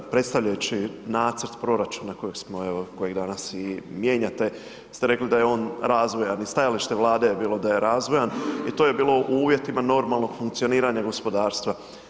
Predstavljajući nacrt proračuna kojeg danas i mijenjate ste rekli da je on razvojan i stajalište Vlade je bilo da je razvojan i to je bilo u uvjetima normalnog funkcioniranja gospodarstva.